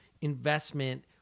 investment